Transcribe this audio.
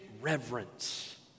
reverence